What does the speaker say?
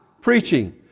preaching